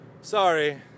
Sorry